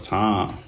time